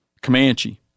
Comanche